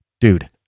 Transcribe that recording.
dude